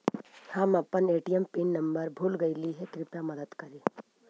हम अपन ATM PIN भूल गईली हे, कृपया मदद करी